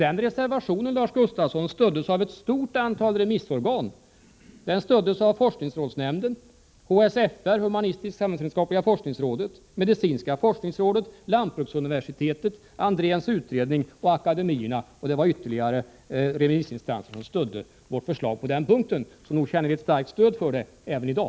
Den reservationen, Lars skolan Gustafsson, stöddes av ett stort antal remissorgan, exempelvis forsknings rådsnämnden, HSSR, medicinska forskningsrådet, lantbruksuniversitetet, Andréns utredning, akademierna och ytterligare ett antal remissinstanser. Så nog känner vi ett starkt stöd för det förslaget även i dag.